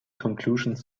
conclusions